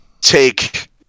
take